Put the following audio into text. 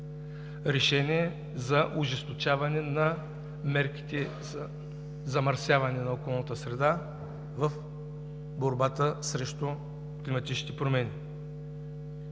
решение за ожесточаване на мерките за замърсяване на околната среда в борбата срещу климатичните промени.